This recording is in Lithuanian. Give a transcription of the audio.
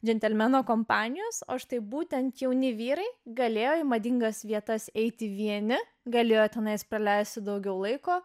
džentelmeno kompanijos o štai būtent jauni vyrai galėjo į madingas vietas eiti vieni galėjo tenai praleisti daugiau laiko